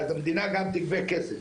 והמדינה גם תגבה הרבה כסף,